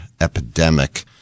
epidemic